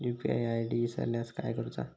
UPI ID इसरल्यास काय करुचा?